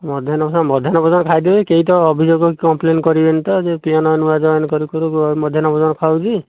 ମଧ୍ୟାହ୍ନ ଭୋଜନ ମଧ୍ୟାହ୍ନ ଭୋଜନ ଖାଇଦେବେ କେହି ତ ଅଭିଯୋଗ କି କମ୍ପଲେନ କରିବେନି ତ ଯେ ପିଅନ ନୂଆ ଜୟେନ କରୁ କରୁ ମଧ୍ୟାହ୍ନ ଭୋଜନ ଖାଉଛି